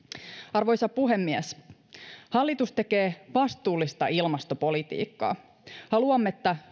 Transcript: arvoisa puhemies hallitus tekee vastuullista ilmastopolitiikkaa haluamme että